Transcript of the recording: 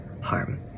harm